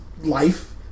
life